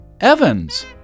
Evans